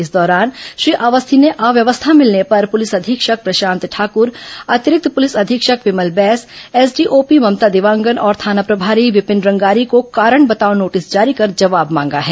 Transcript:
इस दौरान श्री अवस्थी ने अव्यवस्था मिलने पर पुलिस अधीक्षक प्रशांत ठाकूर अतिरिक्त पुलिस अधीक्षक विमल बैस एसडीओपी ममता देवांगन और थाना प्रभारी विपिन रंगारी को कारण बताओ नोटिस जारी कर जवाब मांगा है